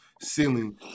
ceiling